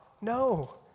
No